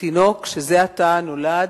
לתינוק שזה עתה נולד,